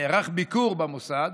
נערך ביקור במוסד,